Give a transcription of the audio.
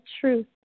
truth